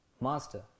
Master